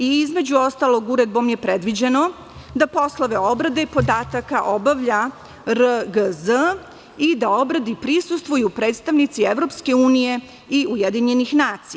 Između ostalog, uredbom je predviđeno da poslove obrade podataka obavlja RGZ i obradi prisustvuju i predstavnici EU i UN.